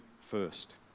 first